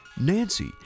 Nancy